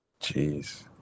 Jeez